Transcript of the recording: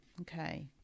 Okay